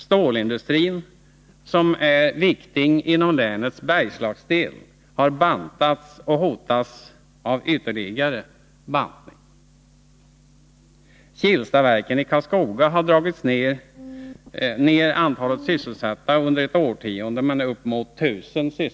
Stålindustrin, som är viktig inom länets Bergslagsdel, har bantats och hotas av ytterligare bantning. Kilstaverken i Karlskoga har under ett årtionde dragit ned antalet sysselsatta med upp mot 1 000.